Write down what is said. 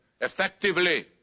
effectively